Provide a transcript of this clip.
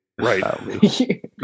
Right